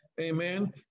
amen